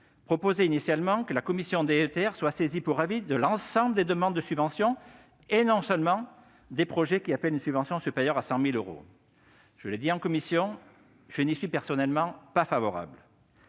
2 visait initialement à prévoir que la commission DETR soit saisie pour avis de l'ensemble des demandes de subvention, et non plus seulement des projets qui appellent une subvention supérieure à 100 000 euros. Je l'ai souligné en commission, je n'y suis personnellement pas favorable.